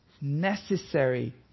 necessary